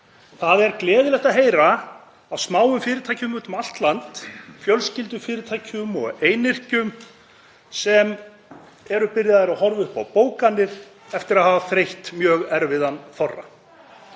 Það er gleðilegt að heyra af smáum fyrirtækjum úti um allt land, fjölskyldufyrirtækjum og einyrkjum, sem eru byrjuð að horfa upp á bókanir eftir að hafa þreytt mjög erfiðan þorra.